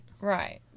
Right